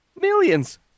Millions